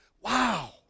wow